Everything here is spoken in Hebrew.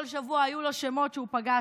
כל שבוע היו לו שמות שהוא פגש,